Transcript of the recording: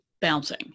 bouncing